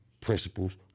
principles